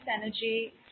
energy